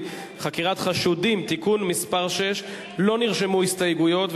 (חקירת חשודים) (תיקון מס' 6). לא נרשמו הסתייגויות,